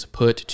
put